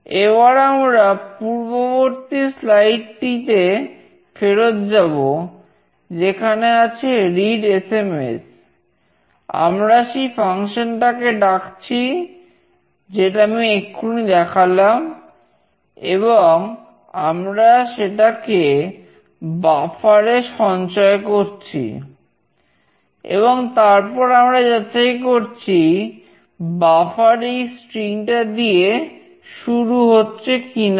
এবার আমরা পূর্ববর্তী স্লাইড টা দিয়ে শুরু হচ্ছে কিনা